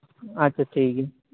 ᱟᱪᱪᱷᱟ ᱴᱷᱤᱠ ᱜᱮᱭᱟ